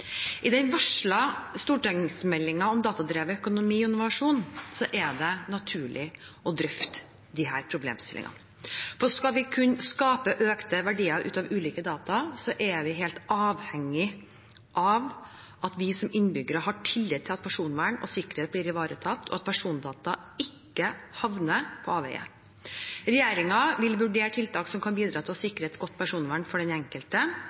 I den varslede stortingsmeldingen om datadrevet økonomi og innovasjon, er det naturlig å drøfte disse problemstillingene. For hvis vi skal kunne skape økte verdier ut av ulike data, er vi helt avhengig av at vi som innbyggere har tillit til at personvern og sikkerhet blir ivaretatt, og at persondata ikke havner på avveier. Regjeringen vil vurdere tiltak som kan bidra til å sikre et godt personvern for den enkelte